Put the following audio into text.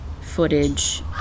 footage